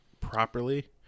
properly